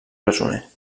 presoner